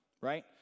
right